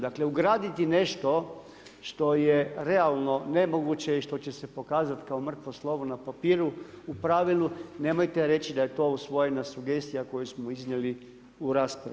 Dakle ugraditi nešto što je realno nemoguće i što će se pokazati kao mrtvo slovo na papiru u pravilu, nemojte reći da je to usvojena sugestija koju smo iznijeli u raspravi.